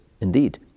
indeed